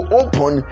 open